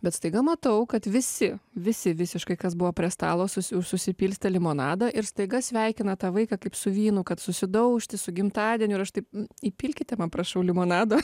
bet staiga matau kad visi visi visiškai kas buvo prie stalo susi susipilstė limonadą ir staiga sveikina tą vaiką kaip su vynu kad susidaužti su gimtadieniu ir aš taip įpilkite man prašau limonado